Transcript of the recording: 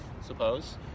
suppose